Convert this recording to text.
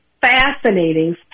fascinating